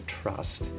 trust